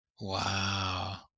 Wow